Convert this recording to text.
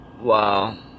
Wow